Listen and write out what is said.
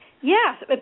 Yes